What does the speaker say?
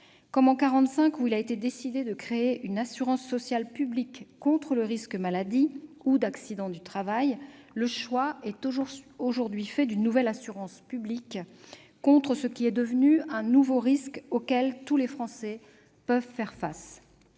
Comme en 1945, quand il avait été décidé de créer une assurance sociale publique contre le risque de maladie ou d'accident du travail, le choix est aujourd'hui fait d'une nouvelle assurance publique contre ce qui est devenu un nouveau risque, auquel tous les Français peuvent être amenés